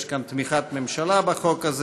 יש תמיכת ממשלה כאן בחוק הזה,